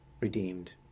redeemed